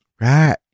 Right